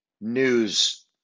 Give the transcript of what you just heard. news